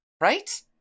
Right